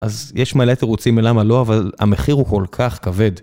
אז יש מלא תירוצים ללמה לא, אבל המחיר הוא כל כך כבד.